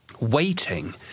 waiting